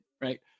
right